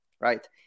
right